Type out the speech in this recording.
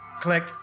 click